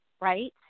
right